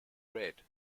red